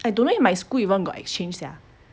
I don't know if my school even got exchange sia